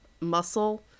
muscle